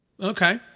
Okay